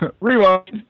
Rewind